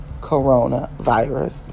coronavirus